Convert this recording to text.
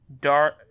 Dark